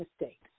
mistakes